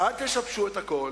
אבל אל תשבשו את הכול,